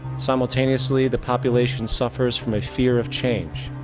simultaneously, the population suffers from a fear of change.